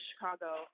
Chicago